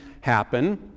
happen